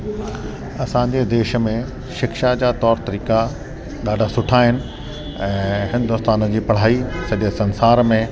असांजे देश में शिक्षा जा तौर तरीक़ा ॾाढा सुठा आहिनि ऐं हिंदुस्तान जी पढ़ाई सॼे संसार में